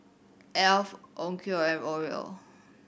Alf Onkyo and Oreo